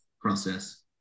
process